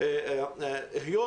אני פותח את ישיבת הוועדה המיוחדת